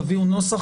תביאו נוסח.